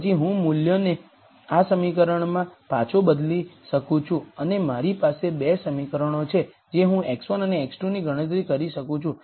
પછી હું તે મૂલ્યોને આ સમીકરણમાં પાછો બદલી શકું છું અને મારી પાસે 2 સમીકરણો છે જે હું x1 અને x2 ની ગણતરી કરી શકું છું